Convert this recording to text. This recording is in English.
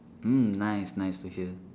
mm nice nice to hear